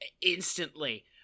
instantly